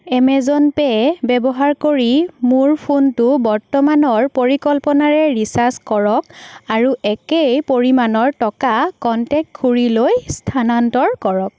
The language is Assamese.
এমেজন পে' ব্যৱহাৰ কৰি মোৰ ফোনটো বৰ্তমানৰ পৰিকল্পনাৰে ৰিচাৰ্জ কৰক আৰু একে পৰিমাণৰ টকা কনটেক্ট খুড়ীলৈ স্থানান্তৰ কৰক